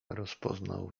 rozpoznał